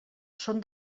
són